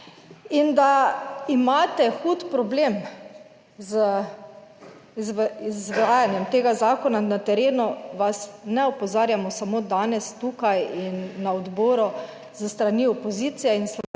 in da imate hud problem z izvajanjem tega zakona na terenu, vas ne opozarjamo samo danes tukaj in na odboru, s strani opozicije